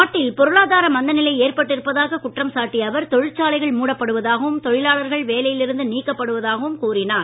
நாட்டில் பொருளாதார மந்தநிலை ஏற்பட்டு இருப்பதாக குற்றம் சாட்டிய அவர் தொழிற்சாலைகள் மூடப்படுவதாகவும் தொழிலாளர்கள் வேலையில் இருந்து நீக்கப்படுவதாகவும் கூறினார்